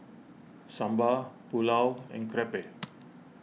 Sambar Pulao and Crepe